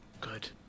Good